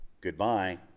Goodbye